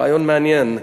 רעיון מעניין,